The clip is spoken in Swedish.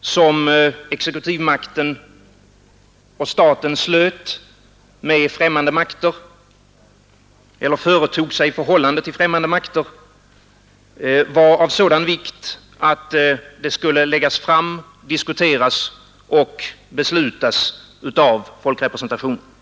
som den exekutiva makten och staten slöt med främmande makter eller allt som de företog sig i förhållande till främmande makter var av sådan vikt att det skulle läggas fram, diskuteras och beslutas av folkrepresentationen.